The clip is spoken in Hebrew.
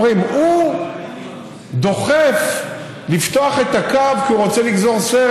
אומרים: הוא דוחף לפתוח את הקו כי הוא רוצה לגזור סרט,